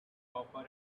copper